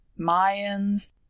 Mayans